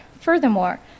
Furthermore